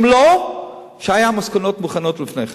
אם לא היו מסקנות מוכנות לפני כן?